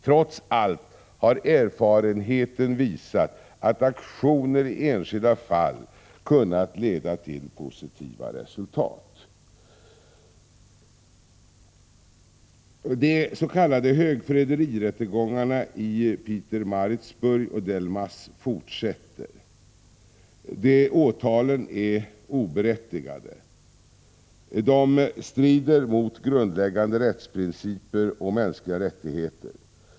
Trots allt har erfarenheten visat att aktioner i enskilda fall kunnat leda till positiva resultat. högförräderirättegångarna i Pietermaritzburg och Delmas fortsätter. Dessa åtal är oberättigade. De strider mot grundläggande rättsprinciper och mänskliga rättigheter.